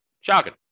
Shocking